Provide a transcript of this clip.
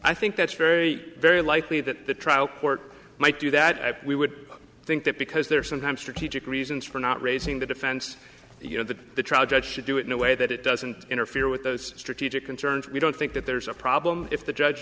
i think that's very very likely that the trial court might do that we would think that because there are sometimes strategic reasons for not raising the defense you know that the trial judge should do it in a way that it does and interfere with those strategic concerns we don't think that there's a problem if the judge